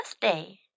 birthday